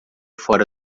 fora